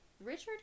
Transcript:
richard